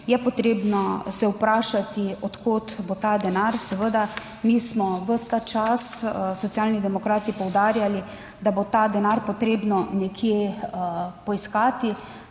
je potrebno se vprašati, od kod bo ta denar. Seveda, mi smo ves ta čas Socialni demokrati poudarjali, da bo ta denar potrebno nekje poiskati.